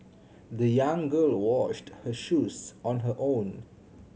the young girl washed her shoes on her own